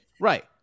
Right